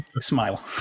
smile